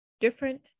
different